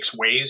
ways